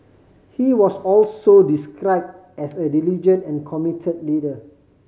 he was also describe as a diligent and commit leader